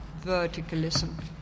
Verticalism